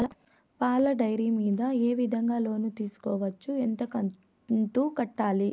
పాల డైరీ మీద ఏ విధంగా లోను తీసుకోవచ్చు? ఎంత కంతు కట్టాలి?